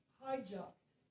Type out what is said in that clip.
hijacked